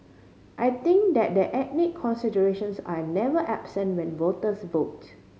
I think that that ethnic considerations are never absent when voters vote